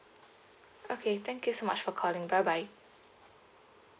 okay thank you so much for calling bye bye